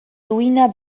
duina